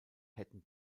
hätten